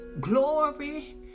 Glory